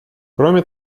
кроме